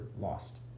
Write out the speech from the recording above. lost